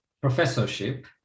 professorship